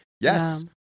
yes